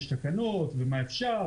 יש תקנות ומה אפשר,